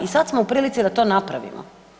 I sad smo u prilici da to napravimo.